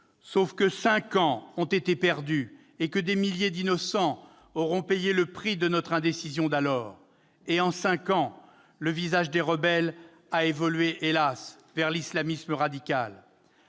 près que cinq ans ont été perdus et que des milliers d'innocents ont payé le prix de notre indécision d'alors ! C'est vrai. Or, en cinq ans, le visage des rebelles a évolué, hélas ! vers l'islamisme radical.